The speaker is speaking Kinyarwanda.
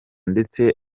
ndetse